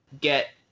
get